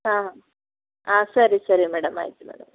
ಹಾಂ ಹಾಂ ಸರಿ ಸರಿ ಮೇಡಮ್ ಆಯಿತು ಮೇಡಮ್